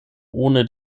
ohne